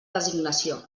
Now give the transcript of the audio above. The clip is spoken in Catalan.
designació